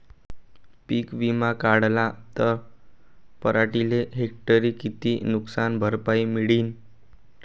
पीक विमा काढला त पराटीले हेक्टरी किती नुकसान भरपाई मिळीनं?